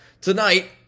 tonight